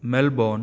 Melbourne